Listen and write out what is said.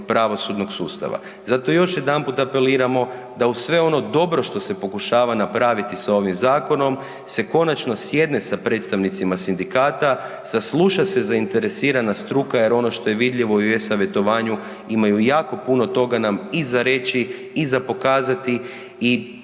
pravosudnog sustava. Zato još jedanput apeliramo, da uz sve ono dobro što se pokušava napraviti sa ovim zakonom se konačno sjedne sa predstavnicima sindikata, sasluša se zainteresirana struka jer ono što je vidljivo i u e-savjetovanju imaju jako puno toga nam i za reći i za pokazati i